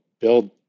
build